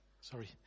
Sorry